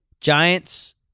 Giants